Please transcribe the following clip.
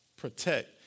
protect